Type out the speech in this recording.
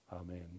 Amen